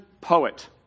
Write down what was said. poet